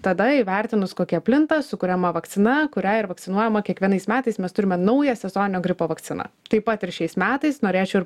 tada įvertinus kokie plinta sukuriama vakcina kuria ir vakcinuojama kiekvienais metais mes turime naują sezoninio gripo vakciną taip pat ir šiais metais norėčiau ir